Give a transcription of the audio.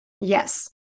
Yes